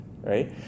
right